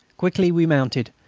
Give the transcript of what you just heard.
quickly we mounted,